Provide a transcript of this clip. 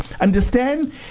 understand